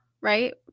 right